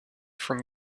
from